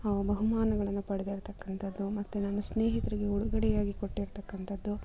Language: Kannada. ಬಹುಮಾನಗಳನ್ನು ಪಡೆದಿರ್ತಕ್ಕಂಥದ್ದು ಮತ್ತು ನನ್ನ ಸ್ನೇಹಿತರಿಗೆ ಉಡುಗೊರೆಯಾಗಿ ಕೊಟ್ಟಿರತಕ್ಕಂಥದ್ದು